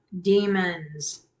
demons